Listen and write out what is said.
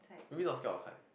maybe not scared of height